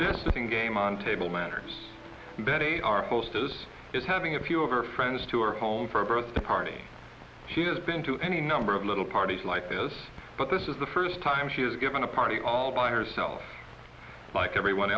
thing game on table matters betty our hostess is having a few of her friends to her home for a birthday party she has been to any number of little parties like this but this is the first time she's given a party all by herself like everyone